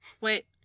Wait-